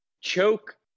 choke